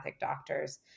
doctors